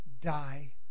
die